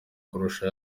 kurusha